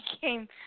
came